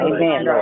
Amen